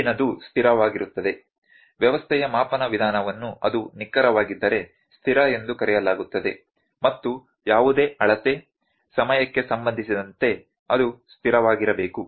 ಮುಂದಿನದು ಸ್ಥಿರವಾಗಿರುತ್ತದೆ ವ್ಯವಸ್ಥೆಯ ಮಾಪನ ವಿಧಾನವನ್ನು ಅದು ನಿಖರವಾಗಿದ್ದರೆ ಸ್ಥಿರ ಎಂದು ಕರೆಯಲಾಗುತ್ತದೆ ಮತ್ತು ಯಾವುದೇ ಅಳತೆ ಸಮಯಕ್ಕೆ ಸಂಬಂಧಿಸಿದಂತೆ ಅದು ಸ್ಥಿರವಾಗಿರಬೇಕು